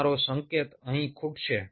તમારો સંકેત અહીં ખૂટશે